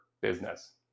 business